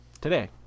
today